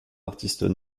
artistes